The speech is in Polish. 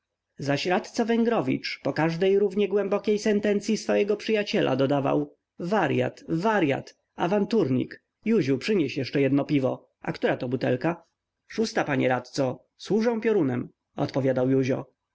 zaś radca węgrowicz po każdej również głębokiej sentencyi swego przyjaciela dodawał waryat waryat awanturnik józiu przynieśno jeszcze piwa a która to butelka szósta panie radco służę piorunem odpowiadał józio